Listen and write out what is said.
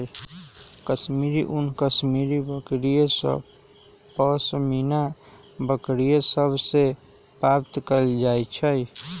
कश्मीरी ऊन कश्मीरी बकरि आऽ पशमीना बकरि सभ से प्राप्त कएल जाइ छइ